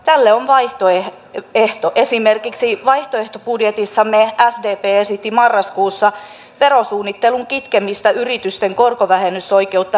tälle on vaihtoehto esimerkiksi vaihtoehtobudjetissamme sdp esitti marraskuussa verosuunnittelun kitkemistä yritysten korkovähennysoikeutta rajaamalla